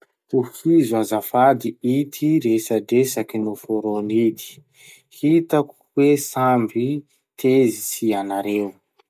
Tohizo azafady ity resadresaky noforony ity: Hitako hoe samby tezitry ianareo.